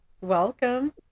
Welcome